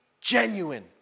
genuine